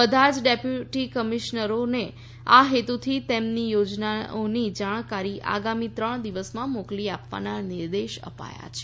બધા જ ડેપ્યુટી કમીશનરોને આ હેતુથી તેમની યોજનાઓની જાણકારી આગામી ત્રણ દિવસમાં મોકલી આપવાના નિર્દેશ અપાયા છે